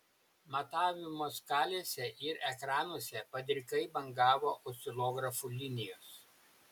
matavimo skalėse ir ekranuose padrikai bangavo oscilografų linijos